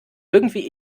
irgendwie